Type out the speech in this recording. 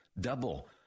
Double